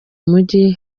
mujyi